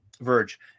Verge